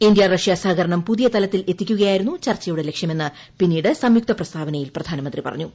India Russia സഹകരണം പു്തിയ തലത്തിൽ എത്തിക്കുകയായിരുന്നു ചർച്ചയുടെ ലക്ഷ്യമെന്ന് പിന്നീട് സംയുക്ത പ്രസ്താവനയിൽ പ്രധാനമന്ത്രി പറഞ്ഞു